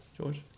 george